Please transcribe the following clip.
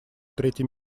третий